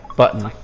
button